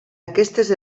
aquestes